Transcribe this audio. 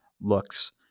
looks